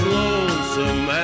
lonesome